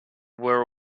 were